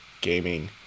gaming